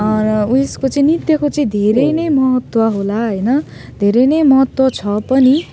उयसको नृत्यको चाहिँ धेरै नै महत्त्व होला होइन धेरै नै महत्त्व छ पनि